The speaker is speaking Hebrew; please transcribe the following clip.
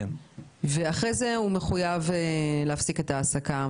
ואחרי זה הוא מחויב להפסיק את ההעסקה.